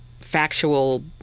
factual